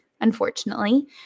unfortunately